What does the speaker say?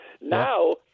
Now –